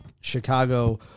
Chicago